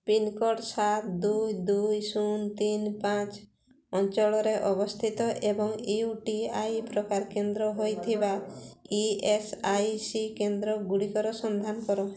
pincode ସାତ ଦୁଇ ଦୁଇ ଶୂନ ତିନି ପାଞ୍ଚ ଅଞ୍ଚଳରେ ଅବସ୍ଥିତ ଏବଂ ୟୁ ଟି ଆଇ ପ୍ରକାର କେନ୍ଦ୍ର ହୋଇଥିବା ଇ ଏସ୍ ଆଇ ସି କେନ୍ଦ୍ରଗୁଡ଼ିକର ସନ୍ଧାନ କର